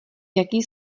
jaký